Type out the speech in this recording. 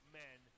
men